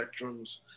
spectrums